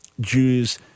Jews